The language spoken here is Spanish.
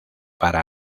para